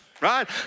right